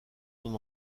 sont